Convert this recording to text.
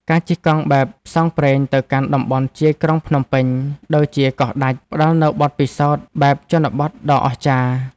ការជិះកង់បែបផ្សងព្រេងទៅកាន់តំបន់ជាយក្រុងភ្នំពេញ ដូចជាកោះដាច់ ផ្ដល់នូវបទពិសោធន៍បែបជនបទដ៏អស្ចារ្យ។